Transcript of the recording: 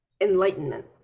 enlightenment